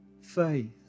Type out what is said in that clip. Faith